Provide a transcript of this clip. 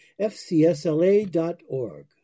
fcsla.org